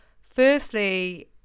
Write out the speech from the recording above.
firstly